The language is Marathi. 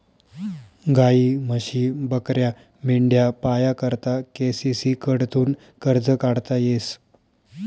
गायी, म्हशी, बकऱ्या, मेंढ्या पाया करता के.सी.सी कडथून कर्ज काढता येस